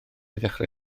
ddechrau